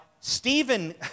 Stephen